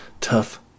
tough